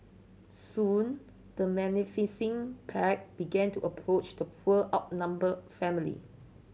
soon the menacing pack began to approach the poor outnumbered family